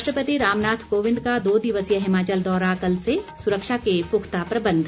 राष्ट्रपति रामनाथ कोविंद का दो दिवसीय हिमाचल दौरा कल से सुरक्षा के पुख्ता प्रबंध